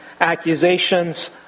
accusations